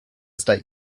state